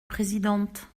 présidente